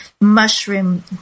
mushroom